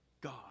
God